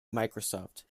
microsoft